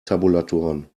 tabulatoren